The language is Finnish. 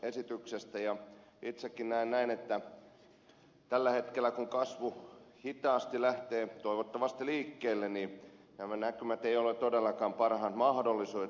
itsekin näen näin että tällä hetkellä kun kasvu hitaasti lähtee toivottavasti liikkeelle niin nämä näkymät eivät ole todellakaan parhaat mahdolliset